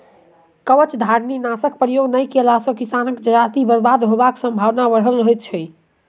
कवचधारीनाशकक प्रयोग नै कएला सॅ किसानक जजाति बर्बाद होयबाक संभावना बढ़ल रहैत छै